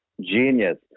genius